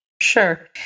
Sure